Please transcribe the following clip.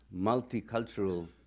multicultural